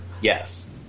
yes